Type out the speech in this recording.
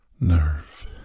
nerve